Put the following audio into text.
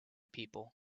people